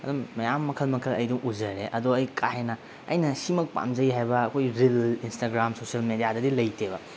ꯑꯗꯨꯝ ꯃꯌꯥꯝ ꯃꯈꯜ ꯃꯈꯜ ꯑꯩꯗꯣ ꯎꯖꯔꯦ ꯑꯗꯣ ꯑꯩ ꯀꯥꯍꯦꯟꯅ ꯑꯩꯅ ꯁꯤꯃꯛ ꯄꯥꯝꯖꯩ ꯍꯥꯏꯕ ꯑꯩꯈꯣꯏ ꯔꯤꯜ ꯏꯟꯁꯇꯥꯒ꯭ꯔꯥꯝ ꯁꯣꯁꯦꯜ ꯃꯦꯗꯤꯌꯥꯗꯗꯤ ꯂꯩꯇꯦꯕ